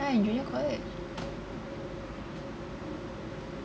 ya in junior college